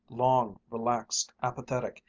long, relaxed, apathetic,